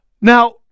Now